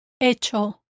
hecho